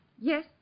Yes